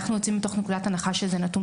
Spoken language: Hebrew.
אנחנו יוצאים מתוך נקודת הנחה שזה נתון